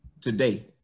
Today